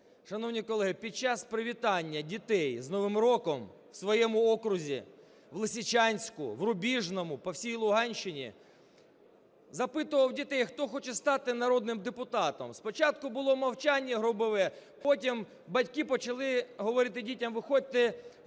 Шановні колеги, під час привітання дітей з Новим роком у своєму окрузі в Лисичанську, в Рубіжному, по всій Луганщині, запитував дітей, хто хоче стати народним депутатом. Спочатку було мовчання гробове, потім батьки почали говорити дітям: "Виходьте на